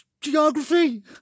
Geography